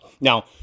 Now